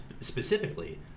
specifically